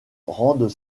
rendent